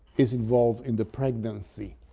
is involved in the pregnancy.